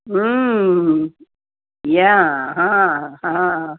या हा हा